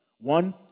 One